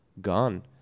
gone